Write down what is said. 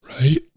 Right